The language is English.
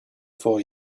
for